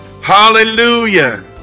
hallelujah